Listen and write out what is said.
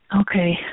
Okay